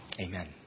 Amen